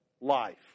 life